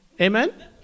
Amen